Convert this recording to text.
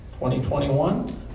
2021